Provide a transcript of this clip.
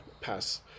pass